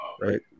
right